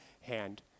hand